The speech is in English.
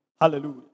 Hallelujah